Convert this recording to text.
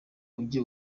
ujye